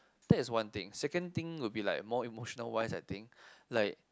that is one thing second thing will be like more emotional ones I think like